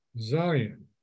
Zion